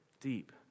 deep